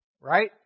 Right